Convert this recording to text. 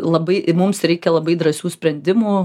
labai mums reikia labai drąsių sprendimų